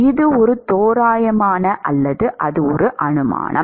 இது ஒரு தோராயமான அல்லது அது ஒரு அனுமானம்